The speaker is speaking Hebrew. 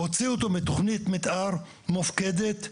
הוציאו אותו מתוכנית מתאר מופקדת,